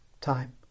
time